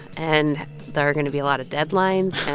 and there are going to be a lot of deadlines. and